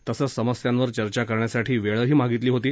तसंच समस्येवर चर्चा करण्यासाठी वेळही मागितली होती